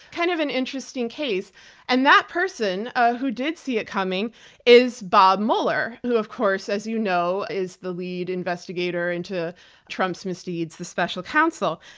kind of an interesting case and that person ah who did see it coming is bob mueller, who of course as you know is the lead investigator into trump's misdeeds, the special council.